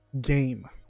game